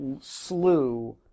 slew